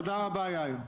תודה רבה, יאיר.